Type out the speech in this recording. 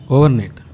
Overnight